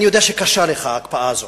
אני יודע שקשה לך ההקפאה הזאת.